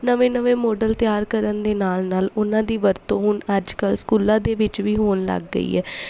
ਨਵੇਂ ਨਵੇਂ ਮਾਡਲ ਤਿਆਰ ਕਰਨ ਦੇ ਨਾਲ ਨਾਲ ਉਹਨਾਂ ਦੀ ਵਰਤੋਂ ਹੁਣ ਅੱਜ ਕੱਲ੍ਹ ਸਕੂਲਾਂ ਦੇ ਵਿੱਚ ਵੀ ਹੋਣ ਲੱਗ ਗਈ ਹੈ